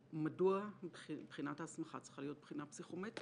מדוע בחינת ההסמכה צריכה להיות בחינה פסיכומטרית?